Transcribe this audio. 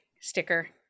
sticker